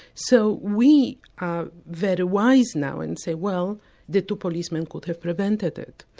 so we are very wise now, and say, well the two policemen could have prevented it.